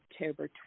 October